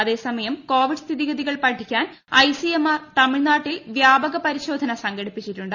അതേസമയം കോവിഡ് സ്ഥിതിഗതികൾ പഠിക്കാൻ ഐസിഎംആർ സംസ്ഥാനത്ത് വ്യാപക പരിശോധന സംഘടിപ്പിച്ചിട്ടുണ്ട്